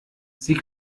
sie